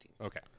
Okay